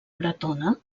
bretona